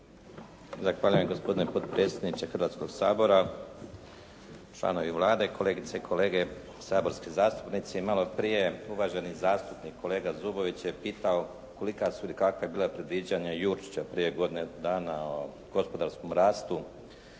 Zahvaljujem gospodine potpredsjedniče Hrvatskog sabora, članovi Vlade, kolegice i kolege saborski zastupnici. Malo prije uvaženi zastupnik kolega Zubović je pitao kolika su ili kakva je bila predviđanja Jurčića prije godine dana o gospodarskom rastu.